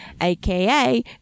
aka